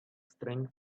strange